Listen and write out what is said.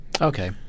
okay